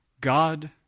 God